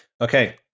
Okay